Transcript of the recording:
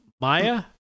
maya